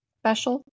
special